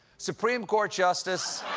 supreme court justice